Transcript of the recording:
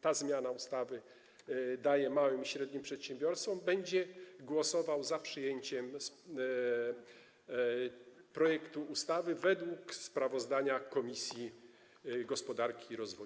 ta zmiana ustawy daje małym i średnim przedsiębiorcom, będzie głosował za przyjęciem projektu ustawy zgodnie ze sprawozdaniem Komisji Gospodarki i Rozwoju.